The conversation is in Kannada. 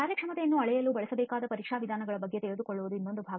ಕಾರ್ಯಕ್ಷಮತೆಯನ್ನು ಅಳೆಯಲು ಬಳಸಬೇಕಾದ ಪರೀಕ್ಷಾ ವಿಧಾನಗಳ ಬಗ್ಗೆ ತಿಳಿದುಕೊಳ್ಳುವುದು ಇನ್ನೊಂದು ಭಾಗ